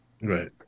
right